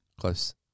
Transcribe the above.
Close